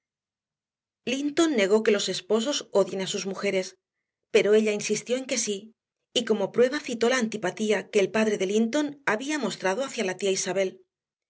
linton negó que los esposos odien a sus mujeres pero ella insistió en que sí y como prueba citó la antipatía que el padre de linton había mostrado hacia la tía isabel